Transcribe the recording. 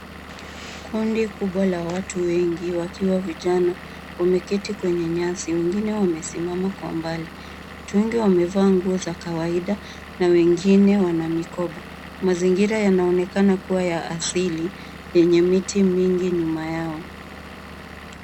Kundi kubwa la watu wengi wakiwa vijana wameketi kwenye nyasi wengine wamesimama kwa umbali. Watu wengi wamevaa nguo za kawaida na wengine wana mikopa. Mazingira yanaonekana kuwa ya asili yenye miti mingi nyuma yao.